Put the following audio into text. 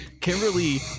kimberly